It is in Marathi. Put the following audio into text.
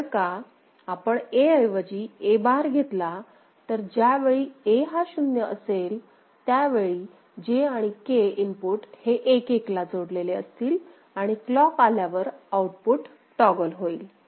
जर का आपण A ऐवजी A बार घेतला तर ज्यावेळी A हा शून्य असेल त्यावेळी J आणि K इनपुट हे 1 1 ला जोडलेले असतील आणि क्लॉक आल्यावर आउटपुट टॉगल होईल